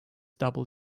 double